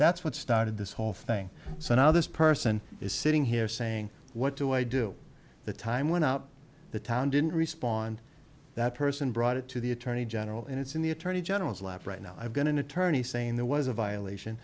that's what started this whole thing so now this person is sitting here saying what do i do the time went out the town didn't respond that person brought it to the attorney general and it's in the attorney general's lap right now i've got an attorney saying there was a violation